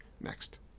next